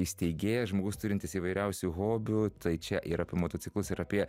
įsteigėjas žmogus turintis įvairiausių hobių tai čia ir apie motociklus ir apie